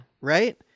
Right